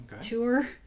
tour